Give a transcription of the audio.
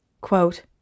Quote